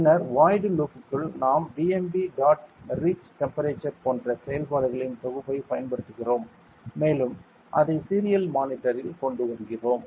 பின்னர் வாய்டு லூப்க்குள் நாம் பிஎம்பி டாட் ரீட் டெம்பரேச்சர் போன்ற செயல்பாடுகளின் தொகுப்பைப் பயன்படுத்துகிறோம் மேலும் அதை சீரியல் மானிட்டரில் கொண்டு வருகிறோம்